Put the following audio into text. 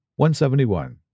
171